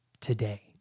today